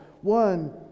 one